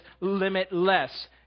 limitless